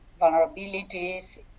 vulnerabilities